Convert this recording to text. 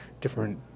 different